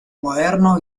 moderno